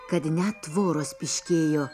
kad net tvoros pyškėjo